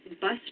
bus